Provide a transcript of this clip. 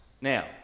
Now